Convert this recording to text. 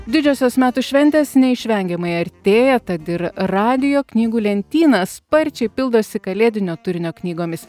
didžiosios metų šventės neišvengiamai artėja tad ir radijo knygų lentyna sparčiai pildosi kalėdinio turinio knygomis